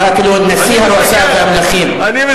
קראתי לו: נשיא, והמלכים, אני משקר?